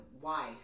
wife